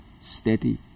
steady